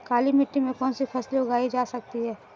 काली मिट्टी में कौनसी फसलें उगाई जा सकती हैं?